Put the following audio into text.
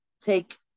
take